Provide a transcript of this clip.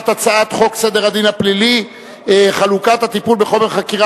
הצעת חוק סדר הדין הפלילי (חלוקת הטיפול בחומר חקירה